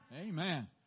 Amen